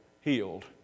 healed